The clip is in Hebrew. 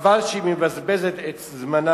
חבל שהיא מבזבזת את זמנה,